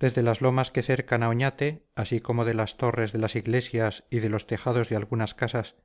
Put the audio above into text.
desde las lomas que cercan a oñate así como de las torres de las iglesias y de los tejados de algunas casas